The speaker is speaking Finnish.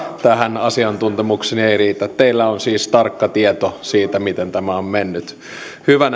tähän asiantuntemukseni ei riitä teillä on siis tarkka tieto siitä miten tämä on mennyt hyvä